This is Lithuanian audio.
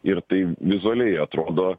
ir tai vizualiai atrodo